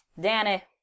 Danny